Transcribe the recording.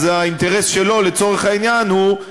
אז האינטרס שלו, לצורך העניין, הוא,